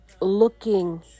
looking